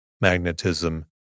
magnetism